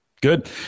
Good